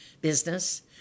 business